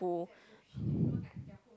who